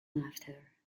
after